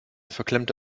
verklemmte